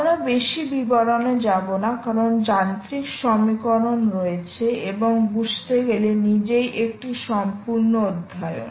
আমরা বেশি বিবরণে যাব না কারণ যান্ত্রিক সমীকরণ রয়েছে এবং বুঝতে গেলে নিজেই একটি সম্পূর্ণ অধ্যয়ন